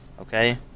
okay